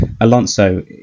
Alonso